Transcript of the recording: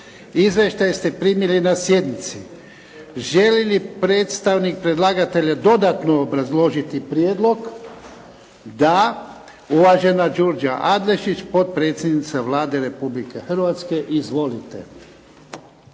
Izvještaj ste primili na sjednici. Želi li predstavnik predlagatelja dodatno obrazložiti prijedlog? Da. Uvažena Đurđa Adlešić potpredsjednica Vlade Republike Hrvatske. Izvolite.